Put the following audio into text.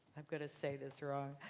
am going to say this wrong,